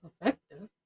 effective